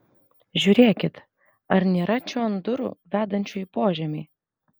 žiūrėkit ar nėra čion durų vedančių į požemį